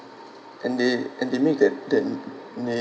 and they and they make that that na~